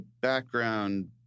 background